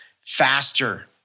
faster